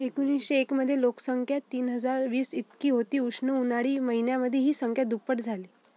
एकोणीसशे एकमधे लोकसंख्या तीन हजार वीस इतकी होती उष्ण उन्हाळी महिन्यामधे ही संख्या दुप्पट झाली